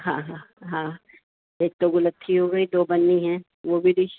ہاں ہاں ہاں ایک تو گلتی ہو گئی دو بننی ہیں وہ بھی ڈش